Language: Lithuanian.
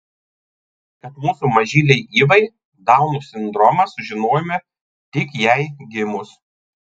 kad mūsų mažylei ivai dauno sindromas sužinojome tik jai gimus